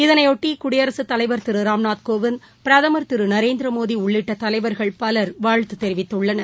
இதனையொட்டிகுடியரசுத் திருராம்நாத்கோவிந்த் தலைவர் பிரதமர் திருநரேந்திரமோடிஉள்ளிட்டதலைவர்கள் பவர் வாழ்த்துதெரிவித்துள்ளனர்